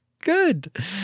good